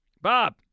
Bob